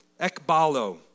Ekbalo